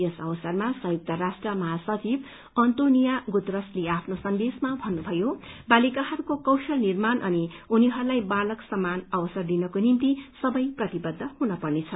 यस अवसरमा संयुक्त राष्ट्र महासचिव अन्तोनियो गुतरसले आफ्नो सन्देशमा भन्नुभयो बालिकाहरूको कौशल निर्माण अनि उनीहरूलाई बालक समान अवसर दिनको निम्ति सबै प्रतिबद्ध हुन पर्नेछ